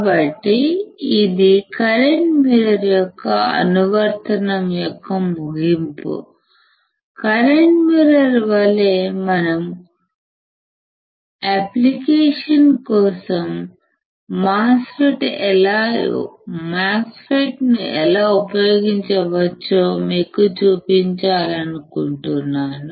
కాబట్టి ఇది current mirror యొక్క అనువర్తనం యొక్క ముగింపు కరెంట్ మిర్రర్ వలె మనం అప్లికేషన్ కోసం మాస్ ఫెట్ ను ఎలా ఉపయోగించవచ్చో మీకు చూపించాలనుకుంటున్నాను